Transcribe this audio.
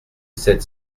sept